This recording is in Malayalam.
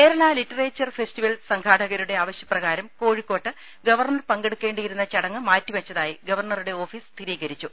കേരള ലിറ്ററേച്ചൂർ ഫെസ്റ്റിവൽ സംഘാടകരുടെ ആവശ്യപ്രകാരം കോഴിക്കോട് ഗവർണ്ണർ പങ്കെടുക്കേണ്ടിയിരുന്ന ചടങ്ങ് മാറ്റിവെച്ചതായി ഗവർണ്ണറുടെ ഓഫീസ് സ്ഥിരീ കരിച്ചു